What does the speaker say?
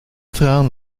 traan